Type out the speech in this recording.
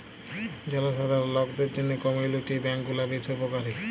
জলসাধারল লকদের জ্যনহে কমিউলিটি ব্যাংক গুলা বেশ উপকারী